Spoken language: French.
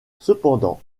cependant